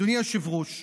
אדוני היושב-ראש,